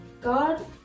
God